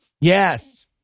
yes